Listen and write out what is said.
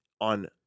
On